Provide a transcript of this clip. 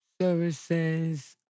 services